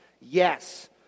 Yes